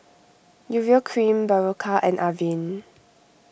Urea Cream Berocca and Avene